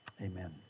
Amen